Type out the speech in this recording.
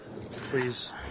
Please